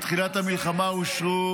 מתחילת המלחמה אושרו